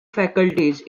faculties